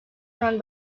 run